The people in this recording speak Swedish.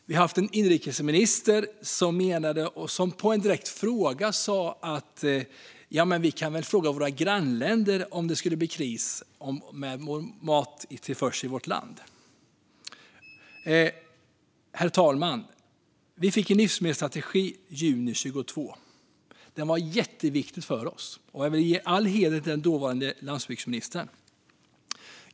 Vi har haft en inrikesminister som på en direkt fråga svarade: Jamen vi kan väl fråga våra grannländer om det skulle bli kris med mattillförsel i vårt land. Herr talman! Vi fick en livsmedelsstrategi i juni 2017. Den var jätteviktig för oss, och jag vill ge all heder till den dåvarande landsbygdsministern.